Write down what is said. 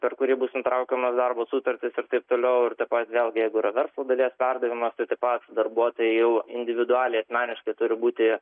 per kurį bus nutraukiamos darbo sutartys ir taip toliau pavyzdžiui vėlgi jeigu yra verslo dalies perdavimas tai taip pat jau individualiai asmeniškai turi būti